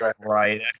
right